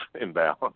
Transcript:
imbalance